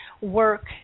work